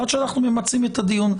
עד שאנחנו ממצים את הדיון,